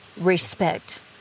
respect